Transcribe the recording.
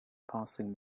passing